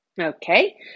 Okay